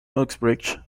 uxbridge